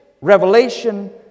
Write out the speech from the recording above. revelation